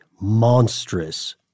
monstrous